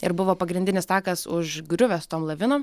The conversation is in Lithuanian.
ir buvo pagrindinis takas užgriuvęs tom lavinom